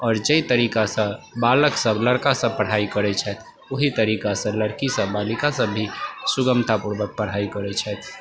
आओर जाहि तरीकासँ बालकसब लड़कासब पढ़ाइ करै छथि ओही तरीकासँ लड़कीसब बालिकासब भी सुगमतापूर्वक पढ़ाइ करै छथि